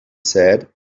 said